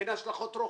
אין השלכות רוחב.